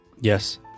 Yes